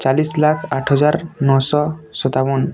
ଚାଳିଶ୍ ଲାଖ୍ ଆଠ୍ ହଜାର୍ ନଅଶହ ସତାବନ